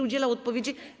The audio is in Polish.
Udzielał odpowiedzi.